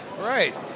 Right